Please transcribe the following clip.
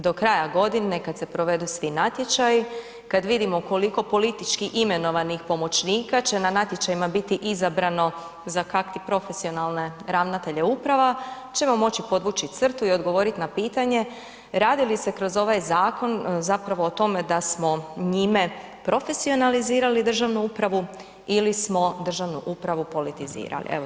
Do kraja godine kad se provedu svi natječaji, kad vidimo koliko politički imenovanih pomoćnika će na natječajima biti izabrano za kak' ti profesionalne ravnatelje uprava ćemo moći podvući crtu i odgovoriti na pitanje radi li se kroz ovaj zakon zapravo o tome da smo njime profesionalizirali državnu upravu ili smo državnu upravo politizirali, evo to samo.